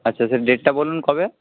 আচ্ছা আচ্ছা ডেটটা বলুন কবে